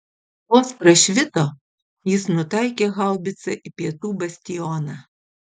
vos prašvito jis nutaikė haubicą į pietų bastioną